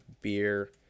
beer